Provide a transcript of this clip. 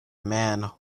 man